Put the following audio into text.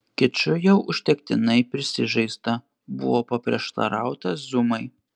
kiču jau užtektinai prisižaista buvo paprieštarauta zumai